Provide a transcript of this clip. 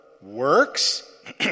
works